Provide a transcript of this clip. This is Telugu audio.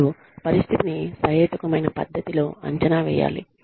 మరియు పరిస్థితిని సహేతుకమైన పద్ధతిలో అంచనా వేయాలి